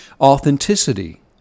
authenticity